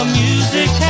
music